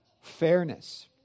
fairness